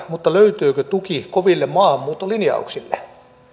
mutta löytyykö tuki koville maahanmuuttolinjauksille